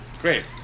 Great